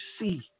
see